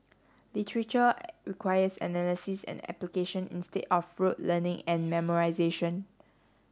literature requires analysis and application instead of rote learning and memorisation